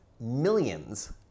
millions